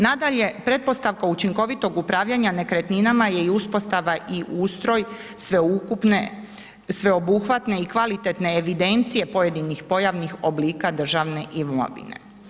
Nadalje, pretpostavka učinkovitog upravljanja nekretninama je i uspostava i ustroj sveukupne, sveobuhvatne i kvalitetne evidencije pojedinih pojavnih oblika državne imovine.